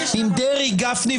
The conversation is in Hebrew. נפלה.